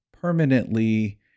permanently